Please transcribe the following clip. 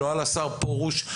לא על השר פרוש,